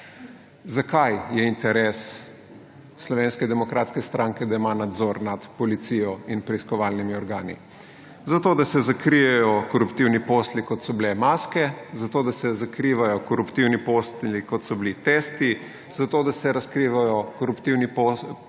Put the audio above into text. Zakaj je interes Slovenske demokratske stranke, da ima nadzor nad policijo in preiskovalnimi organi? Zato da se zakrijejo koruptivni posli, kot so bile maske, zato da se zakrivajo koruptivni posli, kot so bili testi, zato da se razkrivajo koruptivni posli,